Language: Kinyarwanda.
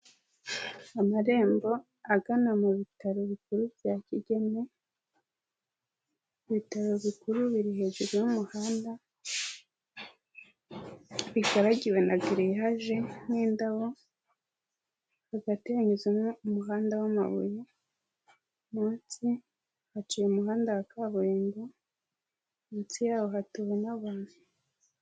Amarembo agana mu bitaro bikuru bya Kigeme, ibitaro bikuru biri hejuru y'umuhanda, bigaragiwe na giriyage n'indabo, hagati hanyuzo umuhanda wamabuye, munsi haciye umuhanda wa kaburimbo, munsi yaho hatuwe n'abantu.